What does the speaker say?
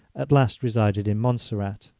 at last resided in montserrat.